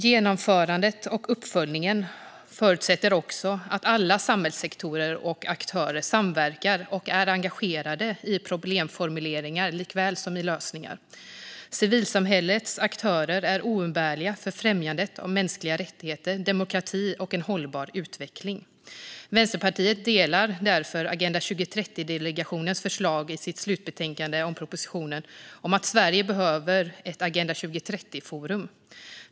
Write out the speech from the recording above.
Genomförandet och uppföljningen förutsätter också att alla samhällssektorer och aktörer samverkar och är engagerade i problemformuleringar och lösningar. Civilsamhällets aktörer är oumbärliga för främjandet av mänskliga rättigheter, demokrati och en hållbar utveckling. Vänsterpartiet delar därför Agenda 2030-delegationens förslag i dess slutbetänkande om propositionen om att Sverige behöver ett Agenda 2030-forum.